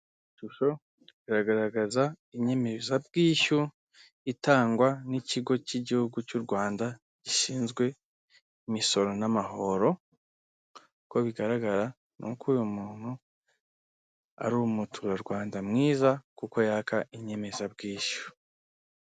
Ishusho iragaragaza inyemezabwishyu itangwa n'ikigo cy igihugu cy'u Rwanda, gishinzwe imisoro n'amahoro, uko bigaragara ni uko uyu muntu ari umuturarwanda mwiza kuko yaka inyemezabwishyu.